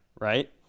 Right